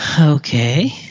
Okay